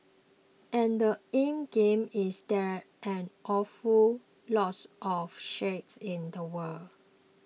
and the endgame is there's an awful lots of shales in the world